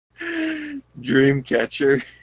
Dreamcatcher